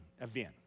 event